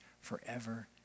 forever